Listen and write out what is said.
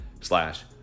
slash